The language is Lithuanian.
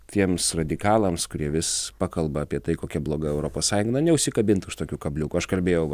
tiems radikalams kurie vis pakalba apie tai kokia bloga europos sąjunga neužsikabintų už tokių kabliukų aš kalbėjau